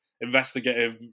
investigative